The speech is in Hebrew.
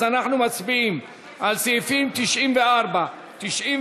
אז אנחנו מצביעים על סעיפים 94 ו-95,